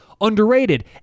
underrated